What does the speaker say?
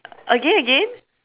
again again